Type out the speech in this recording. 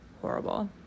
horrible